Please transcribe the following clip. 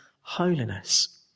holiness